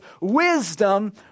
wisdom